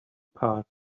passed